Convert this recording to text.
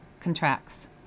contracts